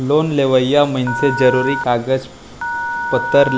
loan लेवइया मनसे जरुरी कागज पतर